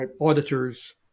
auditors